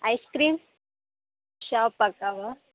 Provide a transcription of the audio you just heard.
ice cream shop அக்காவா